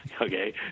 okay